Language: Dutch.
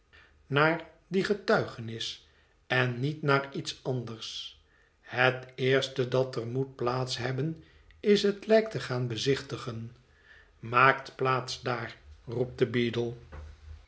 naar die getuigenis en niet naar iets anders het eerste dat er moet plaats hebben is het lijk te gaan bezichtigen maakt plaats daar roept de b